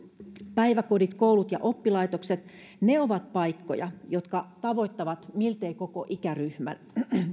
päiväkodit koulut ja oppilaitokset ovat paikkoja jotka tavoittavat miltei koko ikäryhmän